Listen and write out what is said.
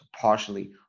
partially